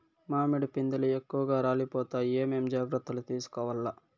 మామిడి పిందెలు ఎక్కువగా రాలిపోతాయి ఏమేం జాగ్రత్తలు తీసుకోవల్ల?